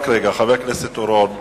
רק רגע, חבר הכנסת אורון.